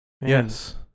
Yes